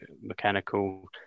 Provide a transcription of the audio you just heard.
mechanical